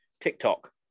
tiktok